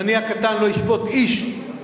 ואני הקטן לא אשפוט איש,